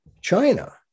China